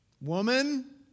Woman